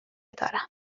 دارم